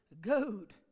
goat